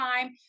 time